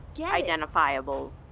identifiable